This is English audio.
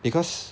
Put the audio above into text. because